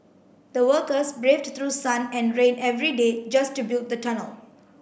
the workers braved through sun and rain every day just to build the tunnel